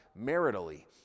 maritally